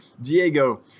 Diego